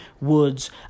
Woods